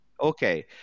Okay